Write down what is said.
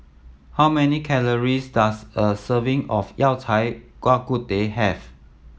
how many calories does a serving of Yao Cai Bak Kut Teh have